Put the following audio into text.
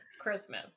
christmas